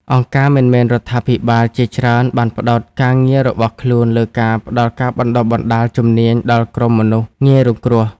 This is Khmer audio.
អង្គការមិនមែនរដ្ឋាភិបាលជាច្រើនបានផ្តោតការងាររបស់ខ្លួនលើការផ្តល់ការបណ្តុះបណ្តាលជំនាញដល់ក្រុមមនុស្សងាយរងគ្រោះ។